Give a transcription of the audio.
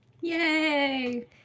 yay